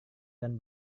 dan